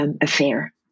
affair